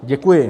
Děkuji.